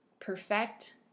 perfect